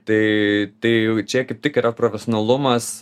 tai tai čia kaip tik yra profesionalumas